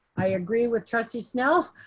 i agree with trustee snell,